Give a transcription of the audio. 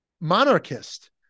monarchist